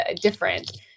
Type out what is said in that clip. different